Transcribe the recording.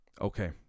Okay